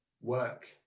work